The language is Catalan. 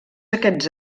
aquests